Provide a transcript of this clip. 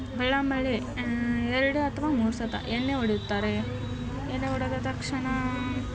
ಎರಡು ಅಥವಾ ಮೂರು ಸತಿ ಎಣ್ಣೆ ಹೊಡೆಯುತ್ತಾರೆ ಎಣ್ಣೆ ಹೊಡೆದ ತಕ್ಷಣ